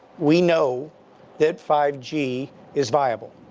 we know that five g is viable.